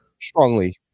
strongly